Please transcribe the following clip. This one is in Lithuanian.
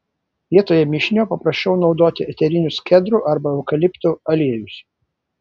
vietoje mišinio paprasčiau naudoti eterinius kedrų arba eukaliptų aliejus